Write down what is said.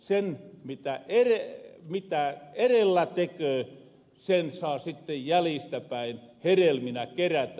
sen mitä erellä teköö saa sitten jäljistäpäin hedelminä kerätä